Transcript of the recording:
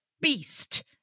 beast